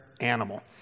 animal